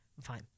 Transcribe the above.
fine